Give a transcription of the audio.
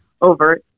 over